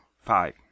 Five